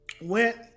went